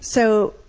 so,